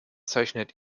zeichnet